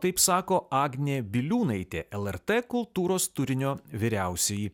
taip sako agnė biliūnaitė lrt kultūros turinio vyriausioji